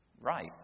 right